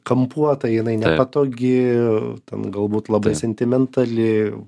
kampuota jinai nepatogi ten galbūt labai sentimentali